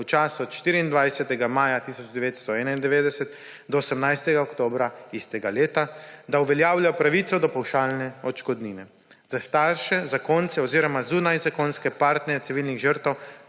v času od 24. maja 1991 do 18. oktobra istega leta, da uveljavlja pravico do pavšalne odškodnine. Za starše, zakonce oziroma zunajzakonske partnerje civilnih žrtev